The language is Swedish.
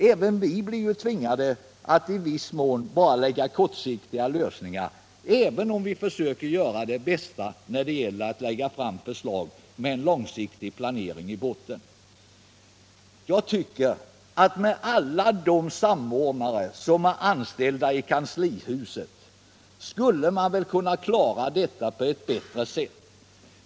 Även vi blir tvingade att i viss mån bara föreslå kortsiktiga lösningar, även om vi försöker göra det bästa möjliga när vi lägger fram förslag med en långsiktig planering i botten. Med alla de samordnare som är anställda i kanslihuset skulle man väl kunna klara detta på ett bättre sätt!